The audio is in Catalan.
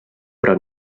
però